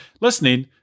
listening